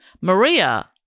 Maria